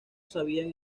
sabían